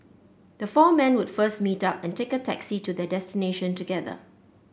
the four men would first meet up and take a taxi to their destination together